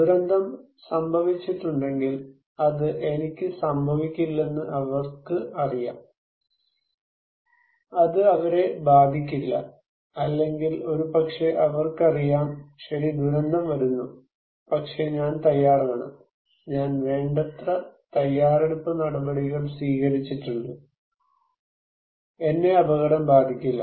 ദുരന്തം സംഭവിച്ചിട്ടുണ്ടെങ്കിൽ അത് എനിക്ക് സംഭവിക്കില്ലെന്ന് അവർക്ക് അറിയാം അത് അവരെ ബാധിക്കില്ല അല്ലെങ്കിൽ ഒരുപക്ഷേ അവർക്ക് അറിയാം ശരി ദുരന്തം വരുന്നു പക്ഷേ ഞാൻ തയ്യാറാണ് ഞാൻ വേണ്ടത്ര തയ്യാറെടുപ്പ് നടപടികൾ സ്വീകരിച്ചിട്ടുണ്ട് എന്നെ അപകടം ബാധിക്കില്ല